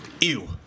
Ew